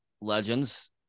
legends